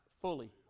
fully